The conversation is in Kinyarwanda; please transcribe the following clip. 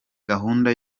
gahunda